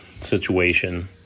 situation